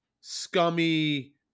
scummy